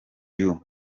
you